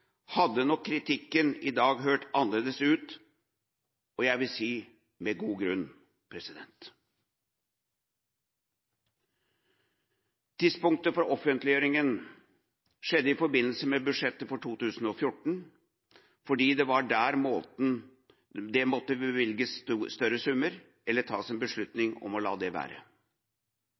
hadde nok kritikken i dag hørt annerledes ut – jeg vil si med god grunn. Tidspunktet for offentliggjøringa var i forbindelse med budsjettet for 2014, fordi det var der det måtte bevilges større summer eller tas en beslutning om å la det være.